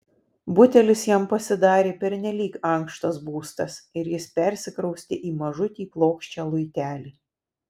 butelis jam pasidarė pernelyg ankštas būstas ir jis persikraustė į mažutį plokščią luitelį